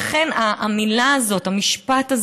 ולכן המילה הזאת, המשפט הזה,